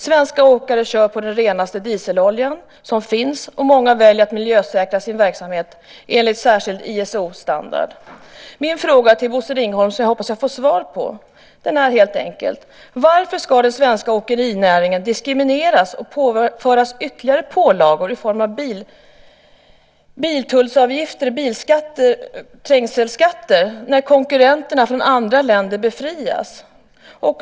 Svenska åkare kör på den renaste dieselolja som finns, och många väljer att miljösäkra sin verksamhet enligt särskild ISO-standard. Min fråga till Bosse Ringholm, som jag hoppas att jag får svar på, är helt enkelt: Varför ska den svenska åkerinäringen diskrimineras och påföras ytterligare pålagor i form av biltullsavgifter och trängselskatter när konkurrenterna från andra länder befrias?